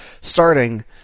starting